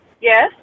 Yes